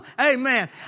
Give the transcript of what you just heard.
Amen